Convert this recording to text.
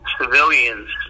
civilians